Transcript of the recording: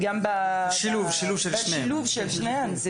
שילוב של שניהם.